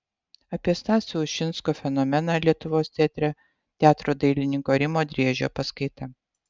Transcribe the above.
apie stasio ušinsko fenomeną lietuvos teatre teatro dailininko rimo driežio paskaita